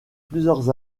plusieurs